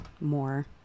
more